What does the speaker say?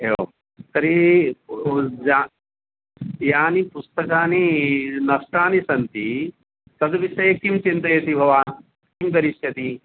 एवं तर्हि या यानि पुस्तकानि नष्टानि सन्ति तद् विषये किं चिन्तयति भवान् किं करिष्यति